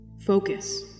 Focus